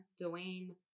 Dwayne